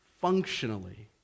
functionally